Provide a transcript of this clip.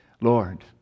Lord